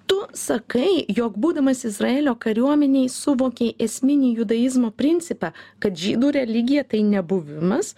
tu sakai jog būdamas izraelio kariuomenėj suvokei esminį judaizmo principą kad žydų religija tai ne buvimas